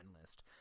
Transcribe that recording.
list